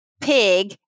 pig